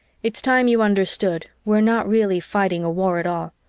it's time you understood we're not really fighting a war at all,